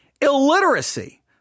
Illiteracy